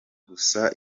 gusaba